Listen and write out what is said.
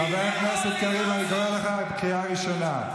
חבר הכנסת קריב, אני קורא אותך קריאה ראשונה.